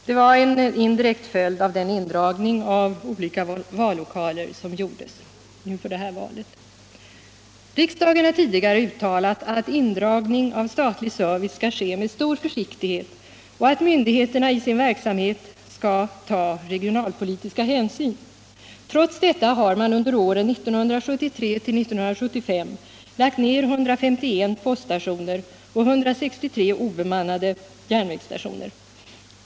Det var en indirekt följd av den indragning av olika vallokaler som gjordes vid det här valet. Riksdagen har tidigare uttalat att indragning av statlig service skall ske med stor försiktighet och att myndigheterna i sin verksamhet skall ta regionalpolitiska hänsyn. Trots detta har man under åren 1973-1975 lagt ner IS1 poststationer och 163 obemannade järnvägsstationer.